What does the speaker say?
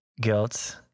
guilt